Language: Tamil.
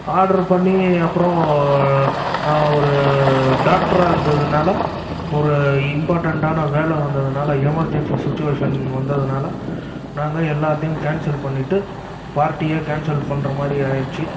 ஆர்டரு பண்ணி அப்புறம் ஒரு டாக்டராக இருக்கிறதுனால ஒரு இம்பார்ட்டண்டான வேலை வந்ததுனால் எமர்ஜன்சி சுச்சிவேஷன் வந்ததுனால் நாங்கள் எல்லாத்தையும் கேன்சல் பண்ணிவிட்டு பார்ட்டியை கேன்சல் பண்ணுற மாதிரி ஆகிருச்சி